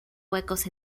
huecos